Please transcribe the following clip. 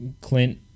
Clint